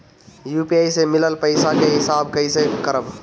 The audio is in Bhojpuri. यू.पी.आई से मिलल पईसा के हिसाब कइसे करब?